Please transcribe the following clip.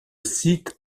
site